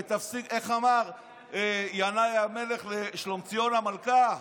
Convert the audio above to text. איך אמר ינאי המלך לשלומציון המלכה?